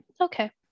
okay